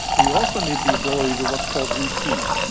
we also need the ability to what's called re-key,